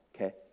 Okay